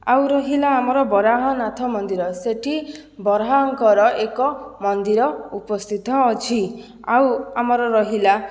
ଆଉ ରହିଲା ଆମର ବରାହନାଥ ମନ୍ଦିର ସେଠି ବରାହଙ୍କର ଏକ ମନ୍ଦିର ଉପସ୍ଥିତ ଅଛି ଆଉ ଆମର ରହିଲା